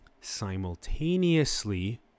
Simultaneously